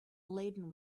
laden